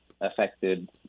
affected